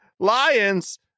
Lions